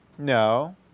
No